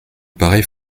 paraît